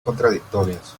contradictorias